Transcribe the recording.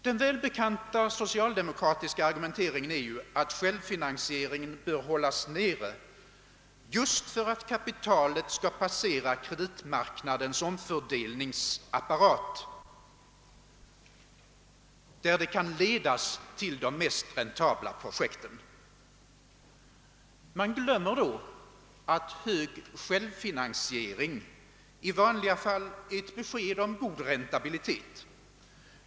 Den välbekanta socialdemokratiska argumenteringen är ju att självfinansieringen bör hållas nere just för att kapitalet skall passera kreditmarknadens omfördelningsapparat där det kan ledas till de mest räntabla projekten. Man glömmer då att hög självfinansiering i vanliga fall är ett besked om god räntabilitet.